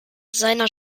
seiner